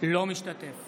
אינו משתתף